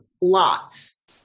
lots